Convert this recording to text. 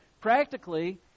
practically